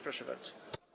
Proszę bardzo.